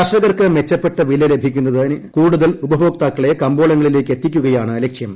കർഷകർക്ക് മെച്ചപ്പെട്ട വില ലഭിക്കുന്നതിന് കൂടുതൽ ഉപഭോക്താക്കളെ കമ്പോളങ്ങളിലേക്ക് എത്തിക്കുകയാണ് ലക്ഷ്യം